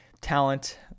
talent